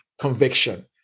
conviction